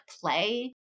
play